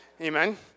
Amen